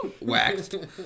waxed